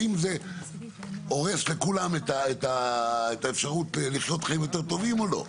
האם זה הורס לכולם את האפשרות לחיות חיים יותר טובים או לא,